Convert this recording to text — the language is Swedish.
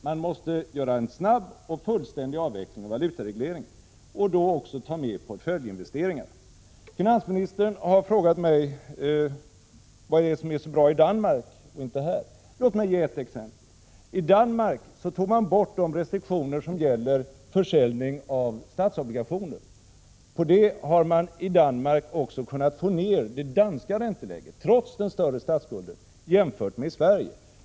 Man måste göra en snabb och fullständig avveckling av valutaregleringen, och då också ta med portföljinvesteringarna. Finansministern har frågat mig vad det är som är så bra i Danmark och inte här. Låt mig ge ett exempel. I Danmark tog man bort de restriktioner som gäller försäljning av statsobligationer. Därigenom har man i Danmark också kunnat få ner ränteläget, trots att statsskulden där är större än i Sverige.